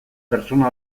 pertsona